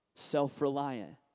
self-reliant